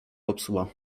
popsuła